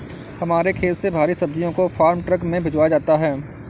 हमारे खेत से सारी सब्जियों को फार्म ट्रक में भिजवाया जाता है